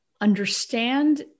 understand